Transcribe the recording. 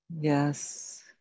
Yes